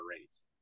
rates